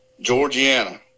Georgiana